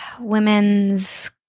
women's